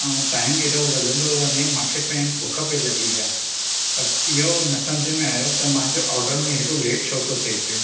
ऐं टाइम हेॾो वधन्दो वञे मूंखे पिण बुख बि लॻी आहे पर इहो न समिझ में आयो त मुंहिंजो ऑर्डर में हेॾो लेट छो थो थिए पियो